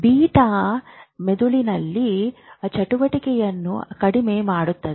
beta ಮೆದುಳಿನಲ್ಲಿ ಚಟುವಟಿಕೆಯನ್ನು ಕಡಿಮೆ ಮಾಡುತ್ತದೆ